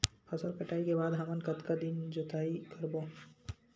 फसल कटाई के बाद हमन कतका दिन जोताई करबो?